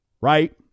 Right